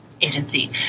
agency